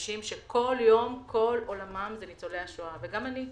אנשים שכל יום כל עולמם זה ניצולי השואה, וגם אני.